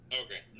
okay